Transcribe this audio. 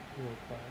六块